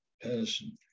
person